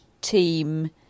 team